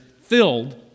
filled